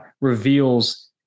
reveals